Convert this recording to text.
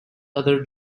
other